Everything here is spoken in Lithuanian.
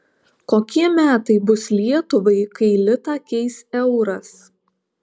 kokie metai bus lietuvai kai litą keis euras